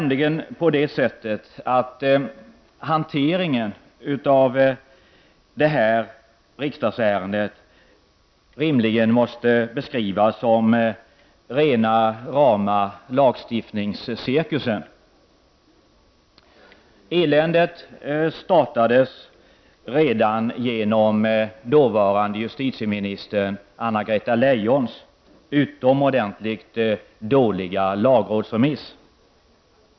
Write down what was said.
Hanteringen av detta riksdagsärende måste rimligen beskrivas som rena rama lagstiftningscirkusen. Eländet startade redan genom dåvarande justitieminister Anna-Greta Leijons utomordentligt dåliga lagrådsremiss.